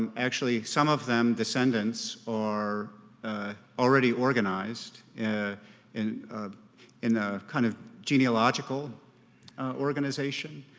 um actually some of them descendants are already organized in in a kind of genealogical organization